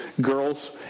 Girls